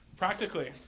Practically